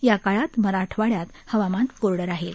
याकाळात मराठवाड्यात हवामान कोरडं राहील